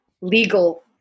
legal